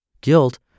Guilt